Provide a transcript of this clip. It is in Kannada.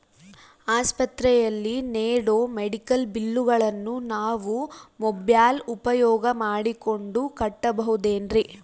ಆಸ್ಪತ್ರೆಯಲ್ಲಿ ನೇಡೋ ಮೆಡಿಕಲ್ ಬಿಲ್ಲುಗಳನ್ನು ನಾವು ಮೋಬ್ಯೆಲ್ ಉಪಯೋಗ ಮಾಡಿಕೊಂಡು ಕಟ್ಟಬಹುದೇನ್ರಿ?